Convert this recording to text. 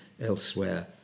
elsewhere